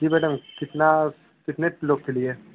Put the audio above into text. जी madam कितना कितने लोग के लिए